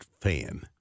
fan